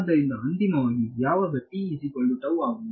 ಆದ್ದರಿಂದ ಅಂತಿಮವಾಗಿ ಯಾವಾಗ ನಾನು ಪಡೆಯುತ್ತೇನೆ